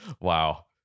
Wow